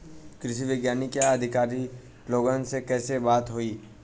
कृषि वैज्ञानिक या अधिकारी लोगन से कैसे बात होई?